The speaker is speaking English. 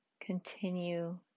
continue